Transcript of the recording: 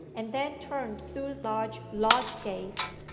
and then turned through large lodge-gates,